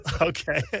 Okay